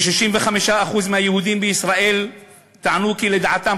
כ-65% מהיהודים בישראל טענו כי לדעתם